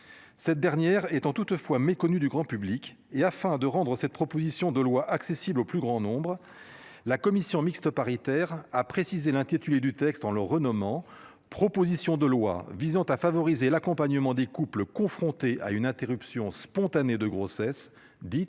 Cette dernière étant toutefois méconnue du grand public et afin de rendre cette proposition de loi accessible au plus grand nombre. La commission mixte paritaire, a précisé l'intitulé du texte. On le renomme en proposition de loi visant à favoriser l'accompagnement des couples confrontés à une interruption spontanée de grossesse